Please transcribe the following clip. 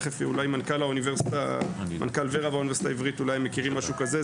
אולי מנכ"ל האוניברסיטה העברית ומנכ"ל ור"ה מכירים משהו כזה.